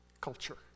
culture